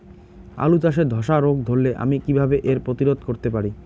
আলু চাষে ধসা রোগ ধরলে আমি কীভাবে এর প্রতিরোধ করতে পারি?